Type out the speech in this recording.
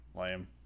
lame